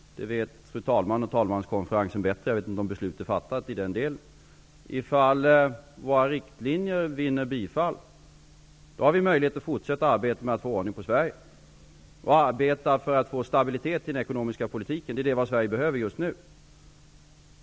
Det vet fru talman och talmanskonferensen bättre. Jag vet inte om beslut är fattat i den delen. Ifall våra riktlinjer vinner bifall har vi möjlighet att fortsätta att arbeta för att få ordning på Sverige och för att få stabilitet i ekonomin. Det är det som Sverige behöver just nu.